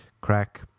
crack